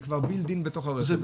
זה כבר בִּילְד אִין בתוך הרכב.